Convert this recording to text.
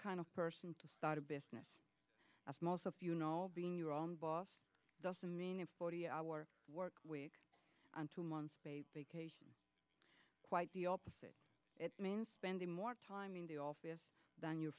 kind of person to start a business as most of you know being your own boss doesn't mean a forty hour work week on two month vacation quite the opposite it means spending more time in the office than you